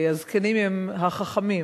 הזקנים הם החכמים.